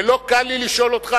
ולא קל לי לשאול אותך,